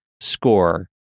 score